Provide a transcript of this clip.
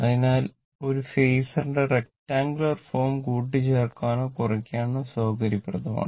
അതിനാൽ ഒരു ഫേസറിന്റെ റെക്ടങ്കുലർ ഫോം കൂട്ടിച്ചേർക്കാനോ കുറയ്ക്കാനോ സൌകര്യപ്രദമാണ്